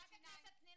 חברת הכנסת פנינה